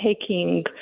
taking